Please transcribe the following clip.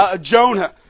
Jonah